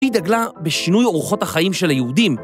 היא דגלה בשינוי אורחות החיים של היהודים.